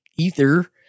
ether